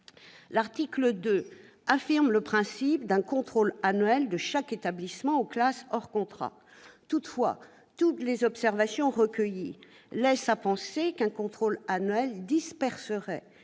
L'article 2 affirme le principe d'un contrôle annuel de chaque établissement ou classe hors contrat. Toutefois, toutes les observations recueillies laissent à penser qu'un contrôle annuel disperserait